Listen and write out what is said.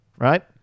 Right